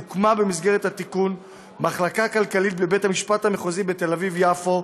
הוקמה במסגרת התיקון מחלקה כלכלית בבית המשפט המחוזי בתל אביב-יפו,